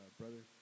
brother